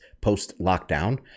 post-lockdown